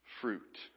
fruit